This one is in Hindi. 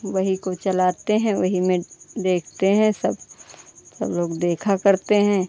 वही को चलाते हैं वही में देखते हैं सब सब लोग देखा करते हैं